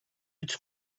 its